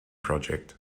project